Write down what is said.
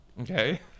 Okay